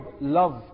love